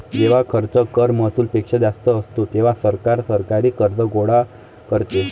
जेव्हा खर्च कर महसुलापेक्षा जास्त असतो, तेव्हा सरकार सरकारी कर्ज गोळा करते